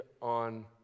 on